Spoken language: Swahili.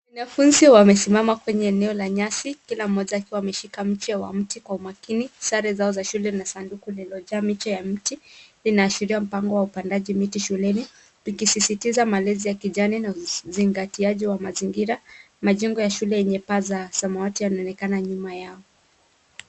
Wanafunzi wamesimama kwenye eneo la nyasi kila moja akiwa ameshikila mche wa mti kwa umakini, sare zao za shule na sanduku lililojaa miche ya miti linaashiria mpango wa upandaji miti shuleni ikisisitiza malezi ya kijani na usingatiaji wa mazingira. Majengo ya shule yenye paa za samawati yanaonekana nyuma yao.